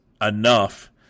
enough